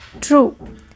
true